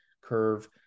curve